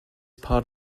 part